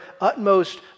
utmost